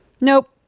nope